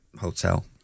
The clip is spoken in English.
hotel